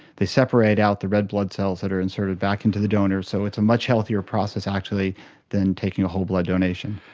they separate out the red blood cells that are inserted back into the donor, so it's a much healthier process actually than taking a whole blood donation.